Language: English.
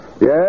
Yes